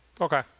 Okay